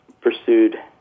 pursued